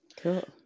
Cool